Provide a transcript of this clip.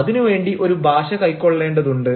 അതിനു വേണ്ടി ഒരു ഭാഷ കൈക്കൊള്ളേണ്ടതുണ്ട്